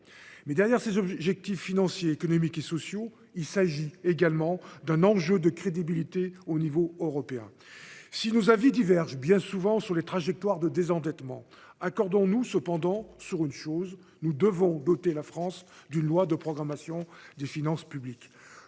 Derrière ces objectifs financiers, économiques et sociaux, il s’agit également d’un enjeu de crédibilité à l’échelle européenne. Si nos avis divergent bien souvent sur les trajectoires de désendettement, accordons nous cependant sur une chose : nous devons doter la France d’une loi de programmation des finances publiques.